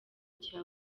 gihe